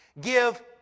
give